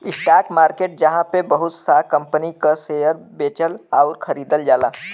stock market जहाँ पे बहुत सा कंपनी क शेयर बेचल आउर खरीदल जाला